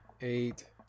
eight